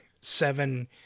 seven